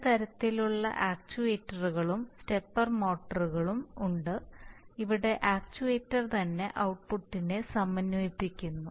ചില തരത്തിലുള്ള ആക്ച്യുവേറ്ററുകളും സ്റ്റെപ്പർ മോട്ടോറുകളും ഉണ്ട് അവിടെ ആക്ച്യുവേറ്റർ തന്നെ ഔട്ട്പുട്ടിനെ സമന്വയിപ്പിക്കുന്നു